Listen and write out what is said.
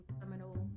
criminal